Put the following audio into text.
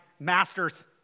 master's